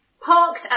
parked